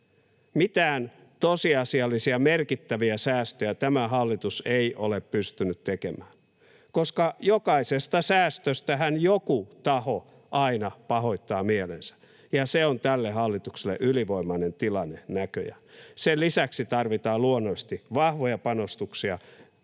Mitään tosiasiallisia merkittäviä säästöjä tämä hallitus ei ole pystynyt tekemään, koska jokaisesta säästöstähän joku taho aina pahoittaa mielensä ja se on tälle hallitukselle ylivoimainen tilanne näköjään. Sen lisäksi tarvitaan luonnollisesti vahvoja panostuksia